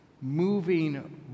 moving